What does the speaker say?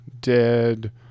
dead